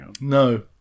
No